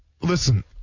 listen